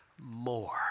more